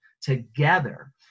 together